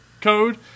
code